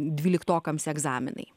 dvyliktokams egzaminai